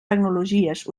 tecnologies